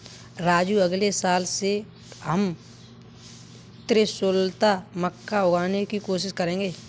राजू अगले साल से हम त्रिशुलता मक्का उगाने की कोशिश करेंगे